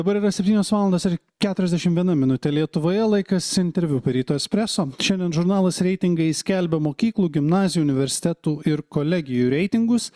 dabar yra septynios valandos ir keturiasdešimt viena minutė lietuvoje laikas interviu per ryto espresso šiandien žurnalas reitingai skelbia mokyklų gimnazijų universitetų ir kolegijų reitingus